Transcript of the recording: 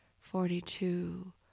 forty-two